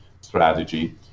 strategy